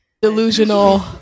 delusional